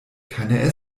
keine